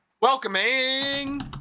Welcoming